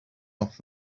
off